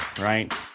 right